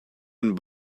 and